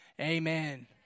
Amen